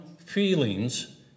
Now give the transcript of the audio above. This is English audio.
feelings